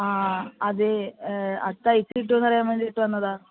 ആ അതേയ് അതു തയ്ച്ചു കിട്ടുമോയെന്നു അറിയാൻ വേണ്ടിയിട്ട് വന്നതാണ്